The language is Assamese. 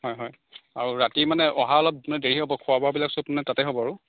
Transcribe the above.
হয় হয় আৰু ৰাতি মানে অহা অলপ মানে দেৰি হ'ব খোৱা বোৱাবিলাক মানে সব তাতে হ'ব আৰু